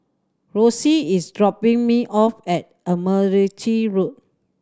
Rosie is dropping me off at Admiralty Road